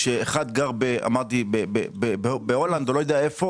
כשאחד גר בהולנד או לא יודע איפה,